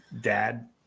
dad